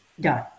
done